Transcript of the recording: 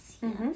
yes